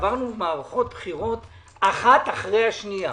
שעברנו מערכות בחירות אחת אחרי השנייה,